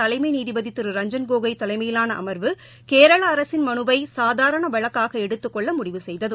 தலைமை நீதிபதி திரு ரஞ்ஜன் கோகோய் தலைமையிலாள அமா்வு கேரள அரசின் மனுவை சாதாரண வழக்காக எடுத்துக் கொள்ள முடிவு செய்தது